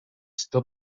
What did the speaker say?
still